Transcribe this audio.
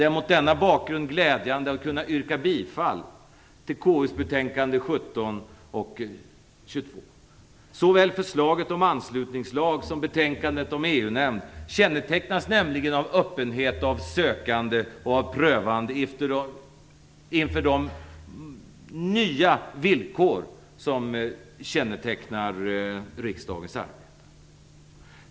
Det är mot denna bakgrund glädjande att kunna yrka bifall till KU:s betänkanden 17 och 22. Såväl betänkandet om anslutningslag som betänkandet om EU-nämnd kännetecknas nämligen av öppenhet, sökande och prövande inför de nya villkor som kännetecknar riksdagens arbete.